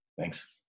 Thanks